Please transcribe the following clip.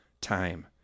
time